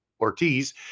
Ortiz